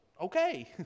Okay